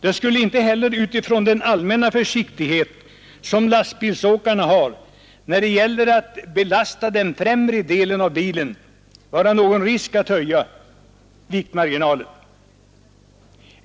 Det skulle inte heller, utifrån den allmänna försiktighet som lastbilsåkarna iakttar när det gäller att belasta den främre delen av bilen, vara någon risk att höja viktmarginalen.